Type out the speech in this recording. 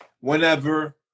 whenever